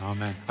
Amen